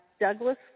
Douglas